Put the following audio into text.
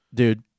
dude